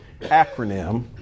acronym